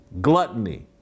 gluttony